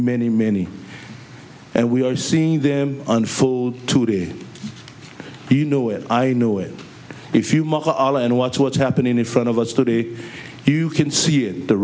many many and we are seeing them unfold today you know it i know it if you model and watch what's happening in front of us today you can see